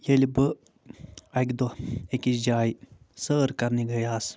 ییٚلہِ بہٕ اَکہِ دۄہ أکِس جایہِ سٲر کرنہِ گٔیوس